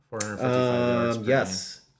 Yes